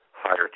higher